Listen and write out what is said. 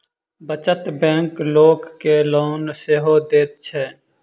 बचत बैंक लोक के लोन सेहो दैत छै